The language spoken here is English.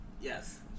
yes